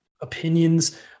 opinions